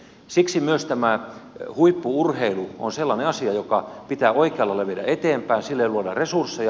siksi myös tämä huippu urheilu on sellainen asia jota pitää oikealla lailla viedä eteenpäin sille luoda resursseja